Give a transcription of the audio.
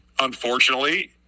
unfortunately